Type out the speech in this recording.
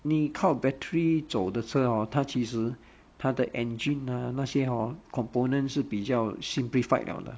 你靠 battery 走的车 hor 它其实它的 engine ah 那些 hor component 是比较 simplified 了的